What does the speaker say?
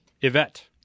Yvette